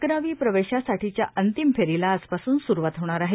अकरावी प्रवेशासाठीच्या अंतिम फेरीला आजपासून स्रवात होणार आहे